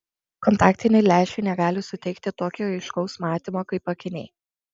kontaktiniai lęšiai negali suteikti tokio aiškaus matymo kaip akiniai